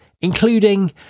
including